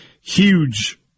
huge